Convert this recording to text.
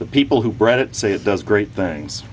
the people who bred it say it does great things